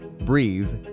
Breathe